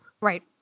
Right